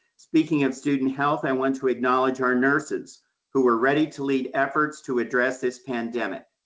speaking of student health, i want to acknowledge our nurses who are ready to lead efforts to address this pandemic.